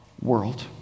world